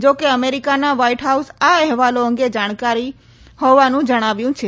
જો કે અમેરિકાના વ્હાઈટ હાઉસ આ અહેવાલો અંગે જાણકારી હોવાનું જણાવાયું છે